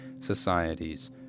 societies